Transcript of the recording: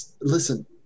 listen